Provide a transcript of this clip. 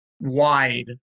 Wide